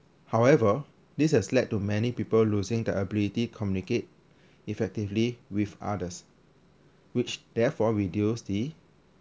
however this has led to many people losing the ability communicate effectively with others which therefore reduce the